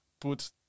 Put